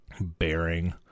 bearing